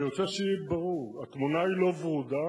אני רוצה שיהיה ברור: התמונה היא לא ורודה,